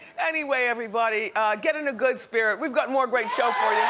anyway everybody get in a good spirit. we've got more great show for yeah